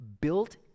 built